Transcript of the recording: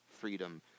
freedom